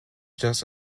just